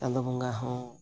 ᱪᱟᱸᱫᱚ ᱵᱚᱸᱜᱟ ᱦᱚᱸ